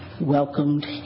welcomed